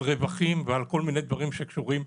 על רווחים ועל כל מיני דברים שקשורים,